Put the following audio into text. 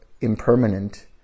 impermanent